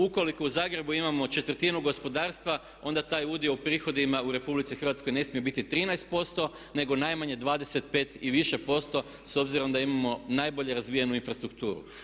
Ukoliko u Zagrebu imamo četvrtinu gospodarstva onda taj udio u prihodima u Republici Hrvatskoj ne smije biti 13% nego najmanje 25 i više posto s obzirom da imamo najbolje razvijenu infrastrukturu.